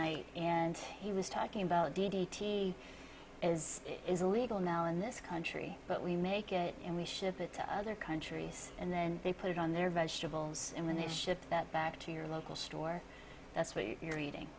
night and he was talking about d d t as it is illegal now in this country but we make it and we ship it to other countries and then they put it on their vegetables and when it shipped that back to your local store that's what you're eating